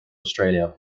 australia